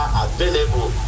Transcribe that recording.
available